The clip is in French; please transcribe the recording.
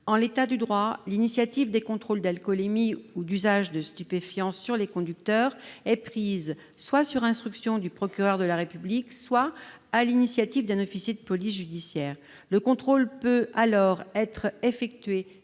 En l'état du droit, l'initiative des contrôles d'alcoolémie ou d'usage de stupéfiants sur les conducteurs est prise soit sur instructions du procureur de la République, soit sur l'initiative d'un officier de police judiciaire. Le contrôle peut alors être effectué